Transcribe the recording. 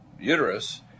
uterus